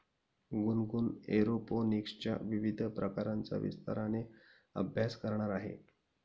गुनगुन एरोपोनिक्सच्या विविध प्रकारांचा विस्ताराने अभ्यास करणार आहे